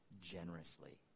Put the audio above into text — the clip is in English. generously